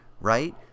right